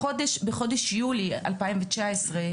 בחודש יולי 2019,